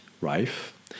rife